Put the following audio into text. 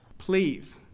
please,